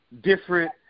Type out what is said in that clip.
different